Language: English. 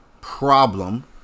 problem